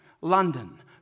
London